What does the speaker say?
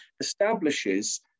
establishes